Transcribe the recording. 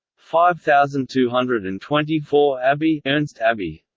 five thousand two hundred and twenty four abbe and abbe